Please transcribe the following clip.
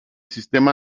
sistema